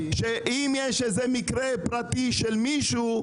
שאם יש איזה מקרה פרטי של מישהו,